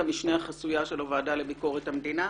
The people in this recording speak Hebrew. המשנה החסויה של הועדה לביקורת המדינה.